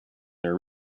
their